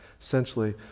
Essentially